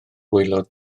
waelod